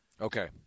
Okay